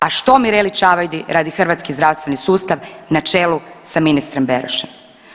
A što Mireli Čavajdi radi hrvatski zdravstveni sustav na čelu sa ministrom Berošem?